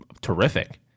terrific